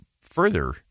further